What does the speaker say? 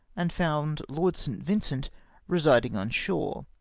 and found lord st. vmcent residino on shore,